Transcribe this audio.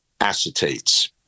acetates